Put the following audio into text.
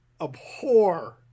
abhor